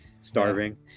starving